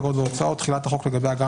אגרות והוצאות (תחילת החוק לגבי אגרה